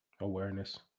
awareness